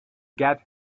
get